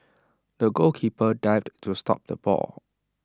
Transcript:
the goalkeeper dived to stop the ball